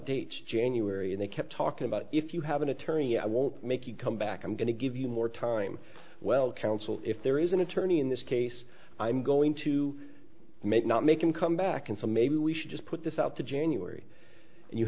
dates january and they kept talking about if you have an attorney i won't make you come back i'm going to give you more time well counsel if there is an attorney in this case i'm going to make not make him come back and so maybe we should just put this out to january